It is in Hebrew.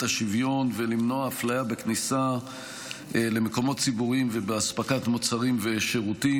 השוויון ולמנוע הפליה בכניסה למקומות ציבוריים ובאספקת מוצרים ושירותים.